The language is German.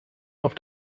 auf